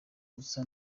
gusa